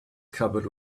cupboard